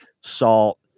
salt